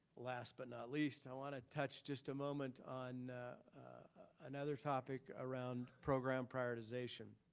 last but not least, i wanna touch just a moment on another topic around program prioritization.